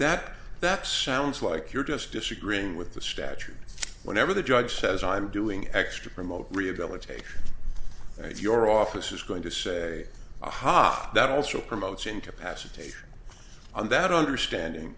that that sounds like you're just disagreeing with the statute whenever the judge says i'm doing extra promote rehabilitate if your office is going to say aha that also promotes into pacha take on that understanding